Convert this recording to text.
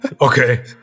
Okay